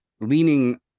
leaning